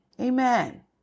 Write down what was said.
Amen